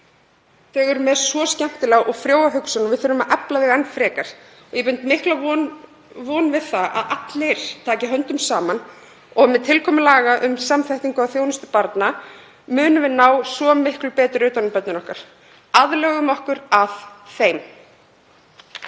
Þau eru með svo skemmtilega og frjóa hugsun sem við þurfum að efla enn frekar og ég bind miklar vonir við það að allir taki höndum saman og með tilkomu laga um samþættingu á þjónustu við börn munum við ná svo miklu betur utan um börnin okkar. Aðlögum okkur að þeim.